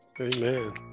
Amen